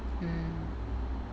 hmm